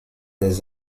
des